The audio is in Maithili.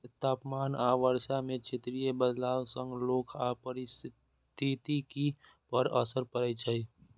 तापमान आ वर्षा मे क्षेत्रीय बदलाव सं लोक आ पारिस्थितिकी पर असर पड़ै छै